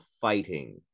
fighting